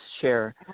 share